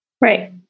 Right